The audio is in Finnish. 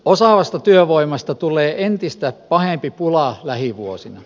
osaavasta työvoimasta tulee entistä pahempi pula lähivuosina